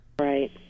Right